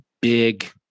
big